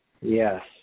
Yes